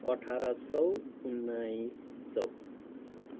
अठार सौ उन्नाइस सौ